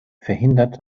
verhindert